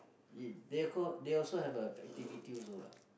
it they could they also have the activity also lah